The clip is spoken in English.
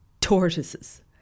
tortoises